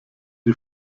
die